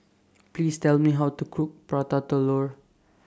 Please Tell Me How to Cook Prata Telur